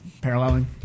Paralleling